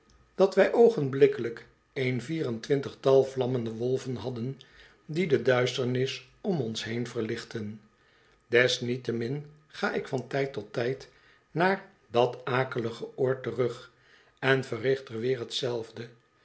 dat wij oogenblikkelijk een vier en twintigtal vlammende wolven hadden die de duisternis om ons heen verlichtten desniettemin ga ik van tijd tot tijd naar dat akelige oord terug en verricht er weer hetzelfde